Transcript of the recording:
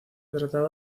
trataba